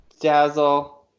Dazzle